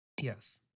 Yes